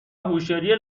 هوشیاری